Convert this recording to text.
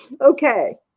Okay